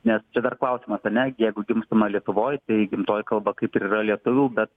nes čia dar klausimas ane jeigu gimstama lietuvoj tai gimtoji kalba kaip yra lietuvių bet